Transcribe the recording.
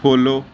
follow